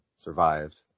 survived